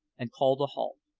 and called a halt.